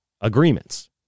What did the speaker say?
agreements